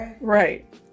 right